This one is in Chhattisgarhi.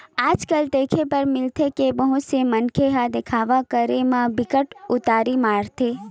आज कल देखे बर मिलथे के बहुत से मनखे ह देखावा करे म बिकट उदारी मारथे